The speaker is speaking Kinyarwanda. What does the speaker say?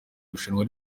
irushanwa